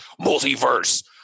multiverse